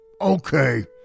okay